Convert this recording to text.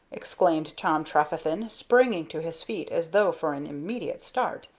exclaimed tom trefethen, springing to his feet, as though for an immediate start.